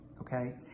okay